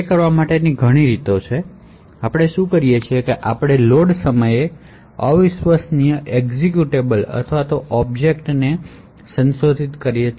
આ કરવા માટે ઘણી રીતો છે આપણે શું કરીએ છીએ કે આપણે લોડ સમયે અવિશ્વસનીય એક્ઝેક્યુટેબલ અથવા ઑબ્જેક્ટને બદલી શકીએ